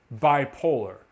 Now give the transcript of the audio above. bipolar